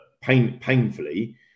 painfully